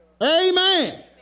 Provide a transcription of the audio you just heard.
Amen